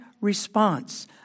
response